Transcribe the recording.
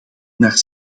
naar